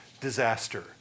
disaster